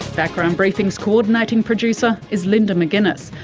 background briefing's co-ordinating producer is linda mcginness,